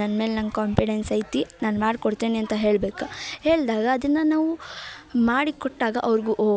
ನನ್ಮೇಲೆ ನನ್ಗೆ ಕಾನ್ಫಿಡೆನ್ಸ್ ಐತಿ ನಾನು ಮಾಡ್ಕೊಡ್ತೀನಿ ಅಂತ ಹೇಳ್ಬೇಕು ಹೇಳಿದಾಗ ಅದನ್ನು ನಾವು ಮಾಡಿಕೊಟ್ಟಾಗ ಅವ್ರಿಗು ಓ